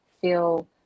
feel